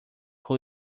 who